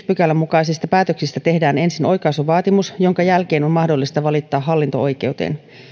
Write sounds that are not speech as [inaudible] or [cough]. [unintelligible] pykälän mukaisista päätöksistä tehdään ensin oikaisuvaatimus jonka jälkeen on mahdollista valittaa hallinto oikeuteen